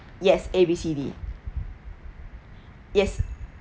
yes A B C D yes